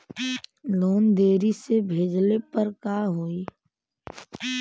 Loan देरी से भरले पर का होई?